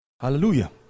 Hallelujah